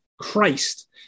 Christ